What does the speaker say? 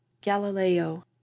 Galileo